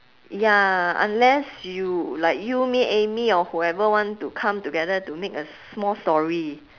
ya unless you like you me amy or whoever want to come together to make a small story